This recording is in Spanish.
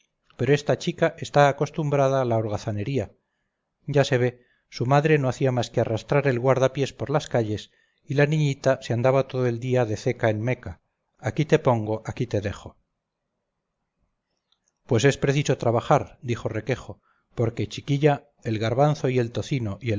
pero esta chica está acostumbrada a la